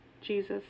Jesus